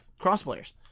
Crossplayers